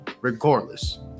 regardless